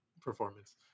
performance